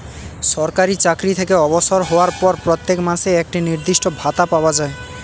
সরকারি চাকরি থেকে অবসর হওয়ার পর প্রত্যেক মাসে একটি নির্দিষ্ট ভাতা পাওয়া যায়